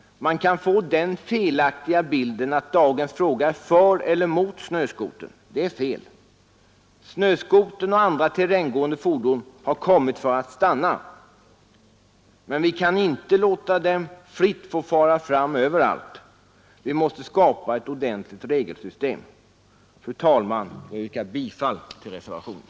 Man kan få den felaktiga bilden att dagens fråga gäller att ta ställning för eller mot snöskotern. Det är fel. Snöskotern och andra terränggående fordon har kommit för att stanna. Men vi kan inte låta dem fritt få fara fram överallt. Vi måste skapa ett ordentligt regelsystem. Fru talman! Jag yrkar bifall till reservationen.